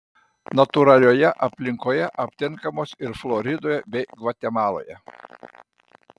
natūralioje aplinkoje aptinkamos ir floridoje bei gvatemaloje